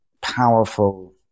powerful